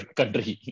country